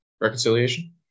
reconciliation